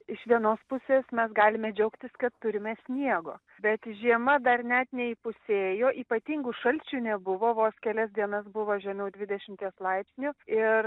iš vienos pusės mes galime džiaugtis kad turime sniego bet žiema dar net neįpusėjo ypatingų šalčių nebuvo vos kelias dienas buvo žemiau dvidešimties laipsnių ir